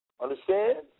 Understand